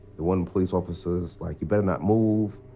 one police officer was like, you better not move.